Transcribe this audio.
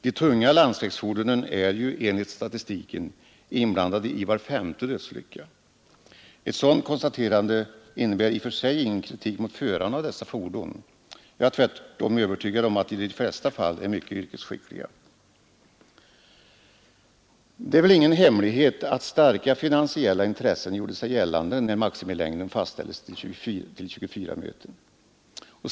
De tunga landsvägsfordonen är ju, enligt statistiken, inblandade i var femte dödsolycka. Ett sådant konstaterande innebär i och för sig ingen kritik mot förarna av dessa fordon — jag är tvärtom övertygad om att de i de flesta fall är mycket yrkesskickliga. Det är väl ingen hemlighet att starka finansiella intressen gjorde sig gällande när maximilängden fastställdes till 24 meter.